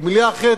או במלה אחרת,